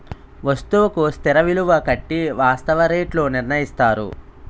వస్తువుకు స్థిర విలువ కట్టి వాస్తవ రేట్లు నిర్ణయిస్తారు